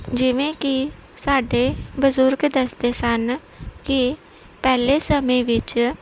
ਜਿਵੇਂ ਕਿ ਸਾਡੇ ਬਜ਼ੁਰਗ ਦੱਸਦੇ ਸਨ ਕਿ ਪਹਿਲੇ ਸਮੇਂ ਵਿੱਚ